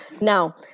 now